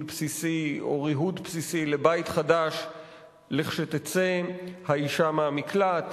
בסיסי או ריהוט בסיסי לבית חדש כשתצא האשה מהמקלט,